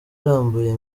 irambuye